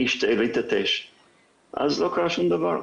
אני אשתעל ואתעטש אז לא קרה שום דבר.